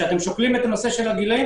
כשאתם שוקלים את נושא הגילאים,